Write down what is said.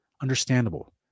understandable